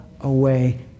away